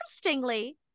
interestingly